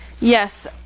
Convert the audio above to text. Yes